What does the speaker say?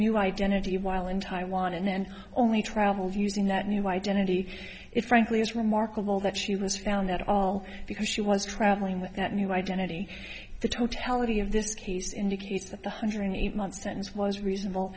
new identity while in taiwan and only travels using that new identity it frankly is remarkable that she was found at all because she was traveling with that new identity the totality of this case indicates that one hundred eight month sentence was reasonable